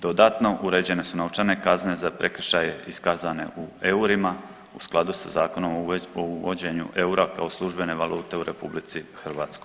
Dodatno, uređene su novčane kazne za prekršaje iskazane u eurima u skladu sa Zakonom o uvođenju eura kao službene valute u RH.